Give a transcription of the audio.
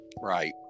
right